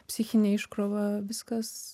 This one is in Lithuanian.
psichinė iškrova viskas